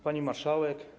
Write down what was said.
Pani Marszałek!